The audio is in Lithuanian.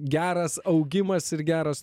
geras augimas ir geros